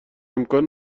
امکان